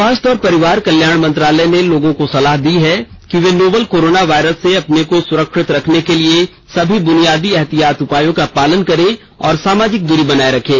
स्वास्थ्य और परिवार कल्याण मंत्रालय ने लोगों को सलाह दी है कि वे नोवल कोरोना वायरस से अपने को सुरक्षित रखने के लिए सभी बुनियादी एहतियाती उपायों का पालन करें और सामाजिक दूरी बनाए रखें